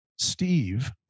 Steve